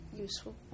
useful